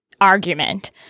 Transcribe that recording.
argument –